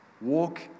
walk